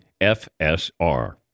fsr